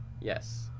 Yes